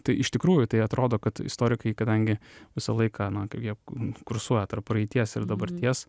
tai iš tikrųjų tai atrodo kad istorikai kadangi visą laiką na kaip jie ku kursuoja tarp praeities ir dabarties